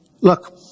Look